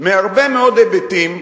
מהרבה מאוד היבטים.